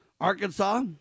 Arkansas